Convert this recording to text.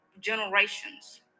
generations